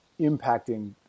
impacting